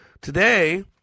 Today